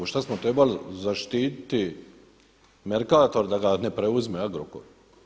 Šta smo trebali zaštititi Mercator da ga ne preuzme Agrokor?